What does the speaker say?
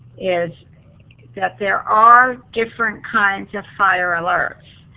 is that there are different kinds of fire alerts.